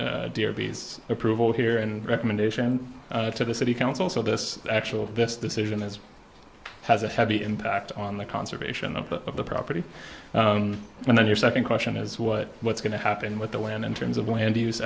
it dear bees approval here and recommendation to the city council so this actually this decision is has a heavy impact on the conservation of the property and then your second question is what what's going to happen with the land in terms of land use